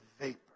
vapor